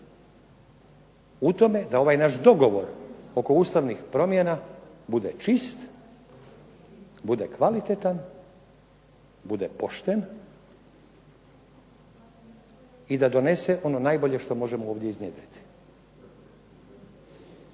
u tome da ovaj naš dogovor oko ustavnih promjena bude čist, bude kvalitetan, bude pošten, i da donese ono najbolje što možemo ovdje iznjedriti.